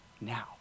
Now